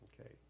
okay